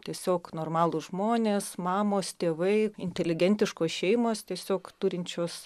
tiesiog normalūs žmonės mamos tėvai inteligentiškos šeimos tiesiog turinčios